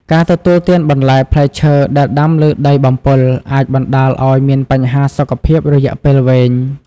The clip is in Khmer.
ការទទួលទានបន្លែផ្លែឈើដែលដាំលើដីបំពុល អាចបណ្តាលឲ្យមានបញ្ហាសុខភាពរយៈពេលវែង។